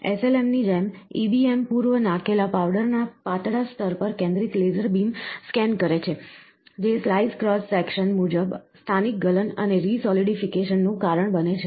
SLM ની જેમ EBM પૂર્વ નાખેલા પાવડરના પાતળા સ્તર પર કેન્દ્રિત લેસર બીમ સ્કેન કરે છે જે સ્લાઇસ ક્રોસ સેક્શન મુજબ સ્થાનિક ગલન અને રિસોલિડીફિકેશન નું કારણ બને છે